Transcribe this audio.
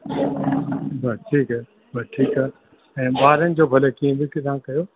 बसि ठीकु है बसि ठीकु आहे ऐं ॿारनि जो भले कीअं बि तव्हां कयो